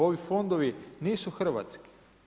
Ovi fondovi nisu hrvatski.